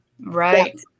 Right